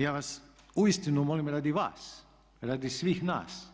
Ja vas uistinu molim radi vas, radi svih nas